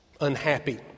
unhappy